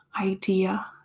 idea